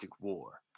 war